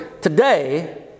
today